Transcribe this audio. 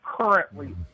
currently